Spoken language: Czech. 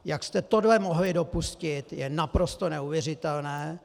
Jak jste tohle mohli dopustit, je naprosto neuvěřitelné.